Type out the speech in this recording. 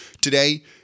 today